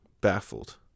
baffled